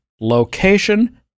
location